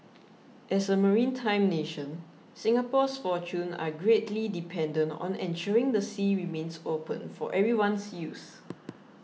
as a maritime nation Singapore's fortune are greatly dependent on ensuring the sea remains open for everyone's use